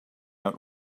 out